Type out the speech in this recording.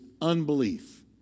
unbelief